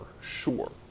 sure